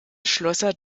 schlosser